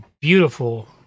beautiful